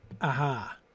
Aha